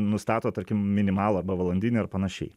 nustato tarkim minimalų arba valandinį ar panašiai